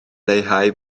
leihau